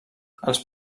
els